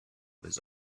his